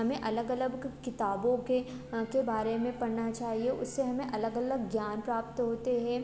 हमें अलग अलग किताबों के के बारे में पढ़ना चाहिए उससे हमें अलग अलग ज्ञान प्राप्त होते हैं